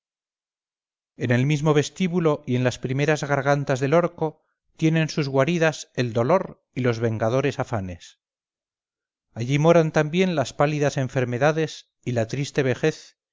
en el mismo vestíbulo y en las primeras gargantas del orco tienen sus guaridas el dolor y los vengadores afanes allí moran también las pálidas enfermedades y la triste vejez